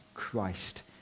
Christ